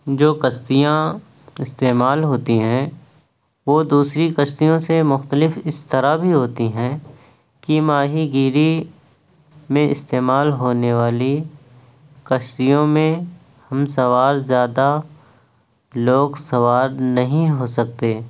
جو کشتیاں استعمال ہوتی ہیں وہ دوسری کشتیوں سے مختلف اس طرح بھی ہوتی ہیں کہ ماہی گیری میں استعمال ہونے والی کشتیوں میں ہم سوار زیادہ لوگ سوار نہیں ہو سکتے